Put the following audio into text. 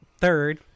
Third